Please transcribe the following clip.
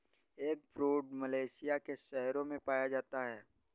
eggfruit Malaysia के शहरों में पाया जाता है